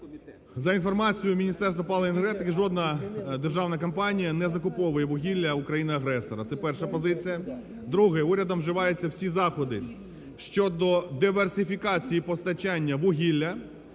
За інформаціє Міністерства палива і енергетики жодна державна компанія не закуповує вугілля у країни-агресора. Це перша позиція. Друге. Урядом вживаються всі заходи щодо диверсифікації постачання вугілля.